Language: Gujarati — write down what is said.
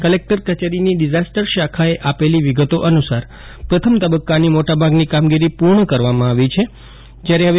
કલેકટર કચેરીની ડીઝાસ્ટર શાખાએ આપેલી વિગતો અનુસાર પ્રથમ તબક્કાની મોટાભાગની કામગીરી પૂર્ણ કરવામાં આવી છે ફવે